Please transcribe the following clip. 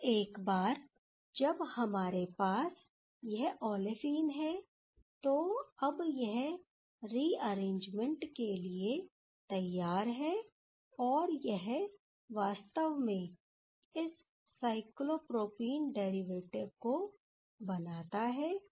अब एक बार जब हमारे पास यह ओलेफिन है तो अब यह रिअरेंजमेंट के लिए तैयार है और यह वास्तव में इस साइक्लोप्रोपीन डेरिवेटिव को बनाता है